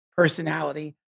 Personality